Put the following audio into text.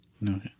No